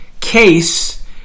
case